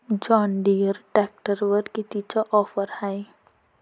John Deere ट्रॅक्टरवर कितीची offer हाये?